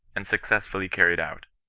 and suc cessfully carried out.